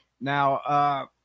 Now